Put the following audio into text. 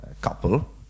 couple